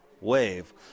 Wave